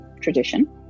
tradition